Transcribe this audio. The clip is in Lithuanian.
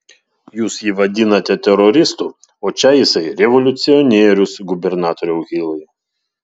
jūs jį vadinate teroristu o čia jisai revoliucionierius gubernatoriau hilai